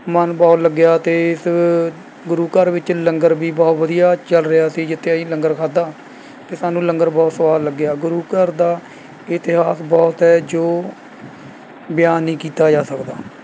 ਮਨ ਬਹੁਤ ਲੱਗਿਆ ਅਤੇ ਇਸ ਗੁਰੂ ਘਰ ਵਿੱਚ ਲੰਗਰ ਵੀ ਬਹੁਤ ਵਧੀਆ ਚੱਲ ਰਿਹਾ ਸੀ ਜਿੱਥੇ ਅਸੀਂ ਲੰਗਰ ਖਾਧਾ ਤੇ ਸਾਨੂੰ ਲੰਗਰ ਬਹੁਤ ਸੁਆਦ ਲੱਗਿਆ ਗੁਰੂ ਘਰ ਦਾ ਇਤਿਹਾਸ ਬਹੁਤ ਹੈ ਜੋ ਬਿਆਨ ਨਹੀਂ ਕੀਤਾ ਜਾ ਸਕਦਾ